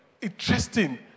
interesting